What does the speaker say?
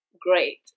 Great